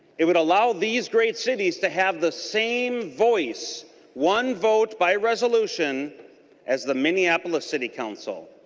it would allow these great cities to have the same voice one vote by resolution as the minneapolis city council.